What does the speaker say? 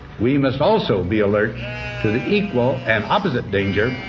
we must also be alert to the equal and opposite danger.